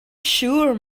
siŵr